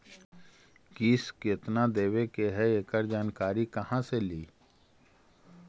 किस्त केत्ना देबे के है एकड़ जानकारी कहा से ली?